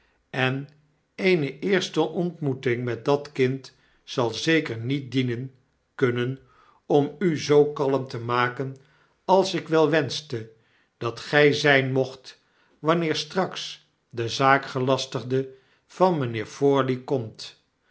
en eene eerste ontmoeting met dat kind zal zeker niet dienen kunnen om u zoo kalm te maken als ik wel wenschte dat gij zijn mocht wanneer straks de zaakgelastigde van mijnheer forley komt